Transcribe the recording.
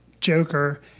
Joker